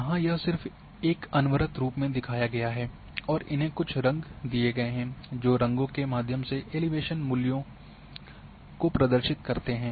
यहाँ यह सिर्फ एक अनवरत रूप में दिखाया गया है और इन्हे कुछ रंग दिए गए हैं जो रंगों के माध्यम से एलिवेशन मूल्यों का प्रदर्शित करते हैं